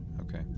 Okay